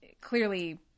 clearly